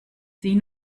sie